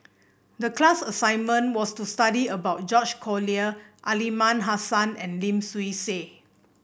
the class assignment was to study about George Collyer Aliman Hassan and Lim Swee Say